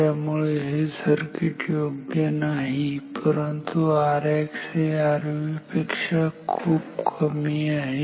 त्यामुळे हे सर्किट योग्य नाही परंतु Rx हे Rv पेक्षा खूप कमी आहे